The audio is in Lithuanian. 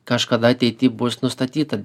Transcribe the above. kažkada ateity bus nustatyta